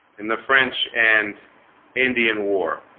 in the french and indian war